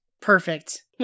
Perfect